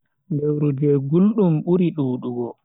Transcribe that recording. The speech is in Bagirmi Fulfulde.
Lewru je guldum buri dudugo.